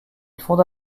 fonda